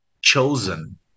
chosen